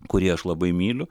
kurį aš labai myliu